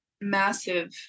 massive